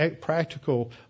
practical